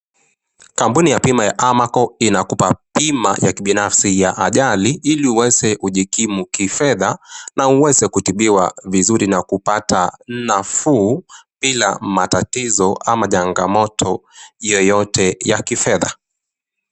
Kampuni ya bima ya Amaco inakupa bima ya kibinafsi ya ajali ili uweze kujikimu kifedha na uweze kutibiwa vizuri na kupata nafuu bila matatizo au chagamoto yoyote ya kifedha.